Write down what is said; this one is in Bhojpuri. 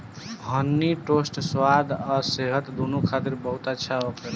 हनी टोस्ट स्वाद आ सेहत दूनो खातिर बहुत अच्छा होखेला